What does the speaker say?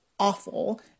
awful